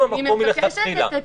אם המקום מלכתחילה,